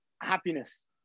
happiness